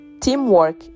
Teamwork